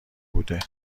بوده